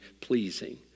pleasing